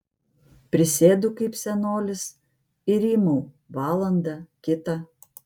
prisėdu kaip senolis ir rymau valandą kitą